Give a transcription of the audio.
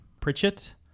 Pritchett